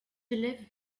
élèves